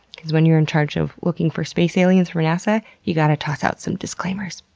when you're in charge of looking for space aliens for nasa, you gotta toss out some disclaimers.